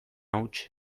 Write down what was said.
huts